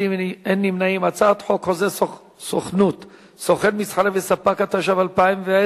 חוק חוזה סוכנות (סוכן מסחרי וספק), התשע"ב 2012,